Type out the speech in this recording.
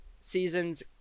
season's